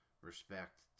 respect